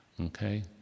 Okay